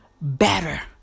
better